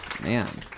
Man